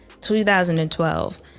2012